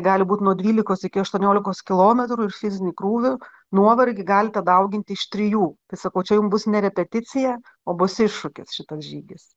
gali būt nuo dvylikos iki aštuoniolikos kilometrų ir fizinių krūvių nuovargį galite dauginti iš trijų tai sakau čia jum bus ne repeticija o bus iššūkis šitoks žygis